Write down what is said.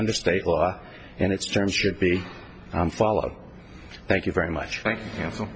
under state law and its terms should be follow thank you very much